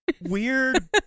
Weird